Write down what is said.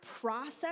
process